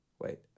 wait